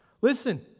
Listen